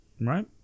Right